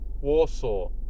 Warsaw